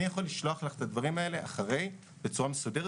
אני יכול לשלוח לך את הדברים האלה אחרי הדיון בצורה מסודרת